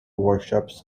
workshops